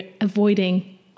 avoiding